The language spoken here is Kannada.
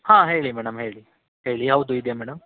ಹಾಂ ಹೇಳಿ ಮೇಡಮ್ ಹೇಳಿ ಹೇಳಿ ಯಾವುದು ಇದೆ ಮೇಡಮ್